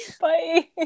Bye